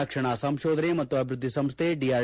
ರಕ್ಷಣಾ ಸಂಶೋಧನೆ ಮತ್ತು ಅಭಿವೃದ್ಧಿ ಸಂಸ್ಥೆ ಡಿಆರ್